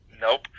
nope